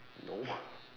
no